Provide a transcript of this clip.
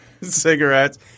cigarettes